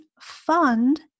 fund